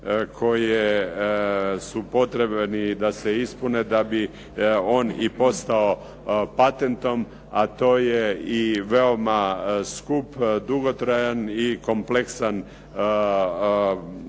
koji su potrebni da se ispune da bi on i postao patentom a to je i veoma skup, dugotrajan i kompleksan proces